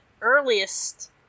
earliest